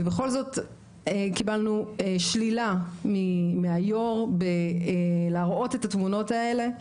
ובכל זאת קיבלנו שלילה מהיו"ר להראות את התמונות האלה.